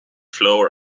flour